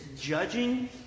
judging